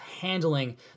handling